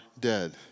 dead